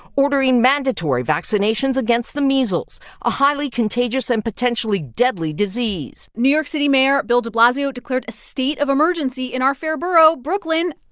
ordering mandatory vaccinations against the measles, a highly contagious and potentially deadly disease new york city mayor bill de blasio declared a state of emergency in our fair borough, brooklyn,